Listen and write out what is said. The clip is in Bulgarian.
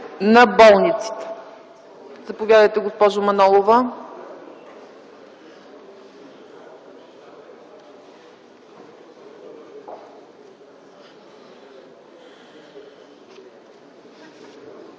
на болниците. Заповядайте, госпожо Манолова.